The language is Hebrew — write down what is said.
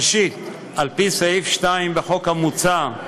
ראשית, על-פי סעיף 2 בחוק המוצע,